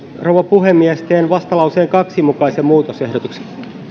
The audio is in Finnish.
rouva puhemies teen vastalauseen kahden mukaisen muutosehdotuksen